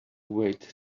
wait